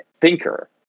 thinker